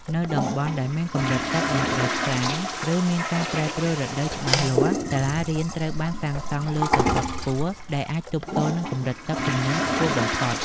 នៅតំបន់ដែលមានកម្រិតទឹកមិនជ្រៅខ្លាំង ឬមានការប្រែប្រួលរដូវច្បាស់លាស់ សាលារៀនត្រូវបានសាងសង់លើសសរខ្ពស់ៗដែលអាចទប់ទល់នឹងកម្រិតទឹកជំនន់ខ្ពស់បំផុត។